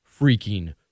freaking